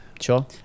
sure